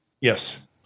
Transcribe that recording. Yes